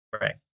Right